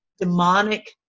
demonic